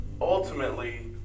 ultimately